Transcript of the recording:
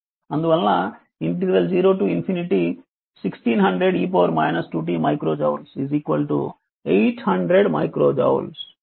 అందువలన 01600 e 2 t micro joules 800 micro joules